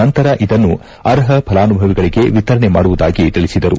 ನಂತರ ಇದನ್ನು ಅರ್ಹ ಫಲಾನುಭವಿಗಳಿಗೆ ವಿತರಣೆ ಮಾಡುವುದಾಗಿ ತಿಳಿಸಿದರು